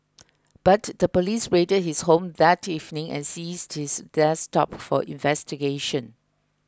but the police raided his home that evening and seized his desktop for investigation